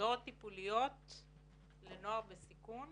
טיפוליות לנוער בסיכון